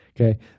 Okay